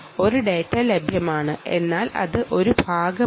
ആ ഡാറ്റ നമുക്ക് ലഭ്യമാണ്